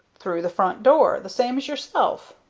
through the front door, the same as yourself.